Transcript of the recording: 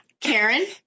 Karen